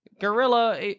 Gorilla